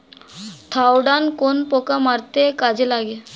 Thiodan কোন পোকা মারতে কাজে লাগে?